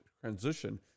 transition